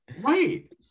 Right